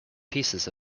pieces